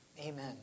Amen